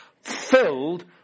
filled